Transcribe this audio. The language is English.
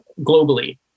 globally